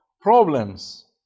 Problems